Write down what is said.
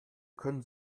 können